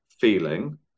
feeling